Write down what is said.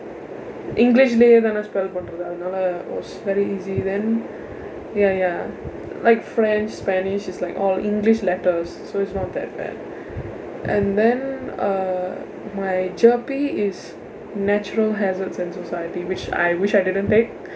english-lae தானே:ille thaanee spell பண்றது அதனால:panrathu athanaala was very easy then ya ya like french spanish is like all english letters so it's not that bad and then uh my GEP is natural hazards and society which I wish I didn't take